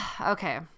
okay